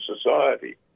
society